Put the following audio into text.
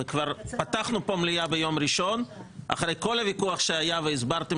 כבר פתחנו פה מליאה ביום ראשון אחרי כל הוויכוח שהיה והסברתם